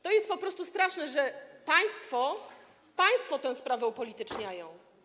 To jest po prostu straszne, że państwo tę sprawę upolityczniają.